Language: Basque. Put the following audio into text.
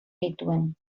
nituen